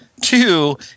Two